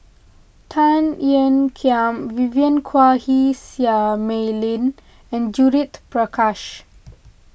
Tan Ean Kiam Vivien Quahe Seah Mei Lin and Judith Prakash